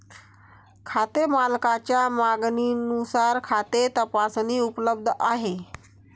खाते मालकाच्या मागणीनुसार खाते तपासणी उपलब्ध आहे